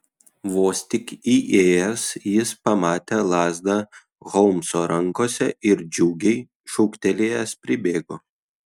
vos tik įėjęs jis pamatė lazdą holmso rankose ir džiugiai šūktelėjęs pribėgo